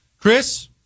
Chris